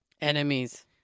enemies